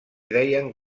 deien